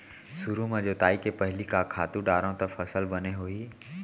सुरु म जोताई के पहिली का खातू डारव त फसल बने होही?